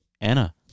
Anna